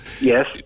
Yes